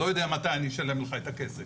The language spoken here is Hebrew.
לא יודע מתי אני אשלם לך את הכסף.